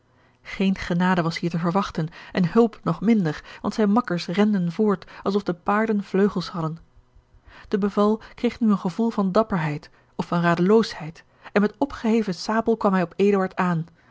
geene genade was hier te verwachten en hulp nog minder want zijne makkers renden voort alsof de paarden vleugels hadden de beval kreeg nu een gevoel van dapperheid of van radeloosheid en met opgeheven sabel kwam hij op eduard aan